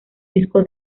disco